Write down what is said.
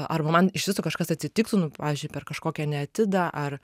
arba man iš viso kažkas atsitiktų nu pavyzdžiui per kažkokią neatidą ar